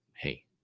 hey